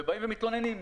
ובאים ומתלוננים.